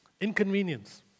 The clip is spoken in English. Inconvenience